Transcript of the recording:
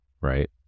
right